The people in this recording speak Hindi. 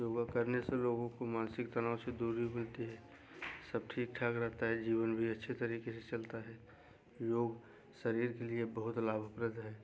योगा करने से लोग को मानसिक तनाव से दूरी मिलती है सब ठीक ठाक रहता है जीवन भी अच्छी तरीके से चलता है योग शरीर के लिए बहुत लाभप्रद है